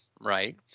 right